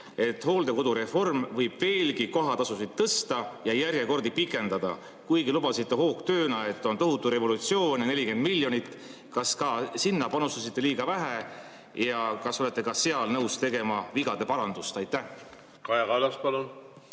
et hooldekodureform võib veelgi kohatasusid tõsta ja järjekordi pikendada, kuigi te lubasite hoogtööna, et on tohutu revolutsioon ja 40 miljonit. Kas ka sinna panustasite liiga vähe ja kas olete ka seal nõus tegema vigade parandust? Kaja